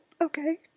Okay